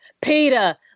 Peter